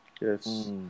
Yes